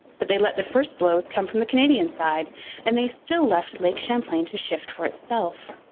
but they let the first blows come from the canadian side and they still left lake champlain to shift for itself.